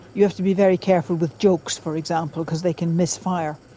you have to be very careful with jokes, for example, because they can misfire.